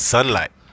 Sunlight